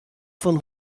fan